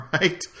right